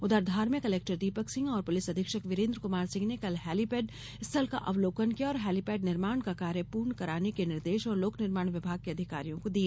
उधर धार में कलेक्टर दीपक सिंह और पुलिस अधीक्षक बीरेन्द्र कुमार सिंह ने कल हेलीपेड स्थल का अवलोकन किया और हेलीपेड निर्माण का कार्य पूर्ण कराने के निर्देष लोक निर्माण विभाग के अधिकारियों को दिए